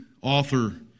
author